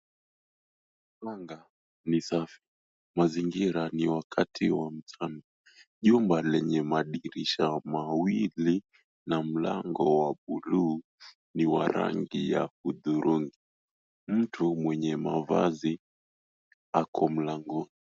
Anga ni safi. Mazingira ni wakati wa mchana. Jumba lenye madirisha mawili na mlango wa buluu ni wa rangi ya hudhurungi. Mtu mwenye mavazi ako mlangoni.